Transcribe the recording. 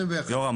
יורם,